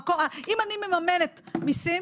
אם אני מממנת מיסים,